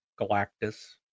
galactus